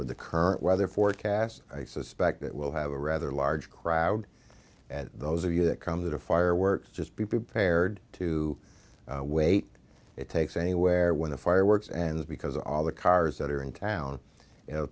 with the current weather forecast i suspect that we'll have a rather large crowd at those of you that come to the fireworks just be prepared to wait it takes anywhere when the fireworks and because of all the cars that are in town you know